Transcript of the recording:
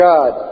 God